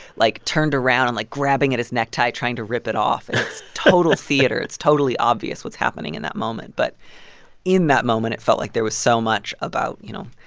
like, turned around and, like, grabbing at his necktie, trying to rip it off and it's total theater. it's totally obvious what's happening in that moment. but in that moment, it felt like there was so much about, you know,